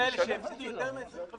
-- שעסקים האלה שהפסידו יותר מ-25%